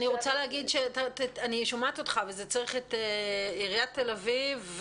מסתבר שצריך את עיריית תל אביב,